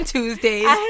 Tuesdays